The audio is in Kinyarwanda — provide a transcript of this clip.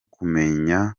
kumenyana